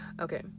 okay